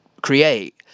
create